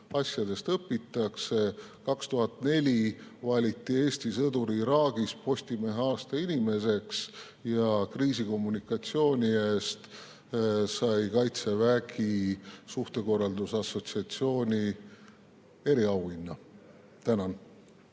asjadest õpitakse. 2004 valiti Eesti sõdur Iraagis Postimehe aasta inimeseks ja kriisikommunikatsiooni eest sai Kaitsevägi suhtekorralduse assotsiatsiooni eriauhinna. Evelin